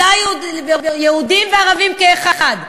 יהודים וערבים, יהודים וערבים כאחד.